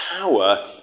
power